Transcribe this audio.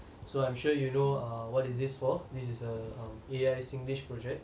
so I'm sure you know uh what is this for this is a um A_I singlish project